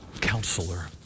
counselor